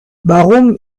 warum